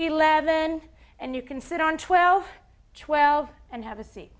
eleven and you can sit on twelve twelve and have a seat